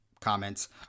comments